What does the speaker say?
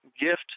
gift